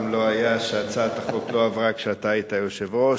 לא קרה שהצעת החוק לא עברה כשאתה היית היושב-ראש.